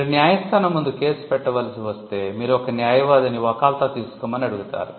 మీరు న్యాయస్థానం ముందు కేసు పెట్టవలసి వస్తే మీరు ఒక న్యాయవాదిని వకాల్తా తీసుకోమని అడుగుతారు